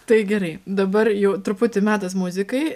tai gerai dabar jau truputį metas muzikai